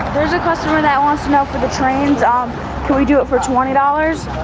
there's a customer that wants to know for the trains, um can we do it for twenty dollars?